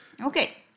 Okay